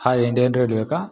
हा Indian railway का